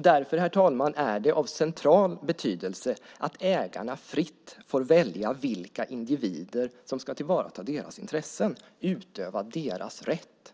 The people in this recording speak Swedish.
Därför är det, herr talman, av central betydelse att ägarna fritt får välja vilka individer som ska tillvarata deras intressen, utöva deras rätt.